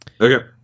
Okay